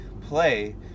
play